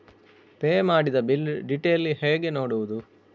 Pay ಮಾಡಿದ bill detail ಹೇಗೆ ನೋಡುವುದು?